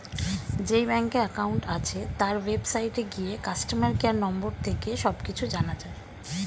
যেই ব্যাংকে অ্যাকাউন্ট আছে, তার ওয়েবসাইটে গিয়ে কাস্টমার কেয়ার নম্বর থেকে সব কিছু জানা যায়